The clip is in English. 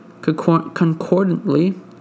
Concordantly